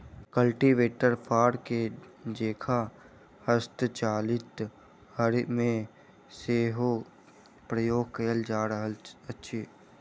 cultivator फार के जेंका हस्तचालित हर मे सेहो प्रयोग कयल जा रहल अछि